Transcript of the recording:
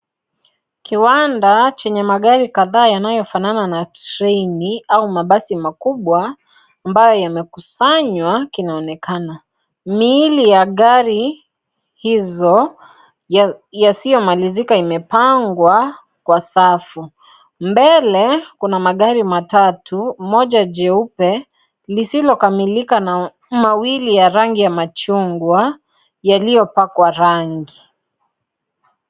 Kiwanda chenye magari kadhaa yanayofanana na (CS)train(CS)au mabasi makubwa ambayo yamekusanywa kinaonekana. Miili ya gari hizo yasiyomalizika imepangwa Kwa safu, mbele kuna magari matatu moja jeupe lisilokamilika na mawili ya rangi ya machungwa yaliyopakwa rangi.